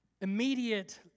immediate